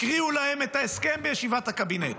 הקריאו להם את ההסכם בישיבת הקבינט.